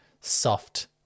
soft